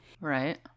Right